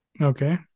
Okay